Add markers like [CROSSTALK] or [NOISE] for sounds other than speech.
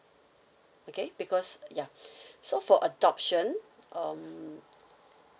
okay because ya [BREATH] so for adoption um